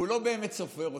הוא לא באמת סופר אותו.